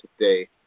today